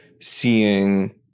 seeing